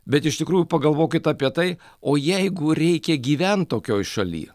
bet iš tikrųjų pagalvokit apie tai o jeigu reikia gyvent tokioj šaly